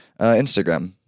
Instagram